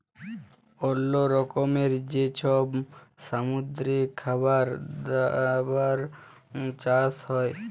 অল্লো রকমের যে সব সামুদ্রিক খাবার দাবার চাষ হ্যয়